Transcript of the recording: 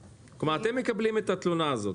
כלומר, אתם מקבלים את התלונה הזאת.